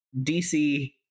DC